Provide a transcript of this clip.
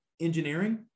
engineering